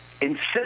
insist